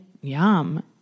Yum